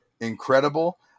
incredible